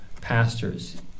pastors